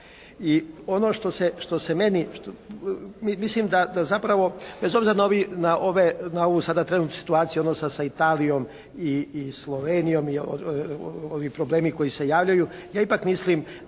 I ono što se meni, mislim da zapravo bez obzira na ovu sada trenutnu situaciju odnosa sa Italijom i Slovenijom i ovi problemi koji se javljaju, ja ipak mislim da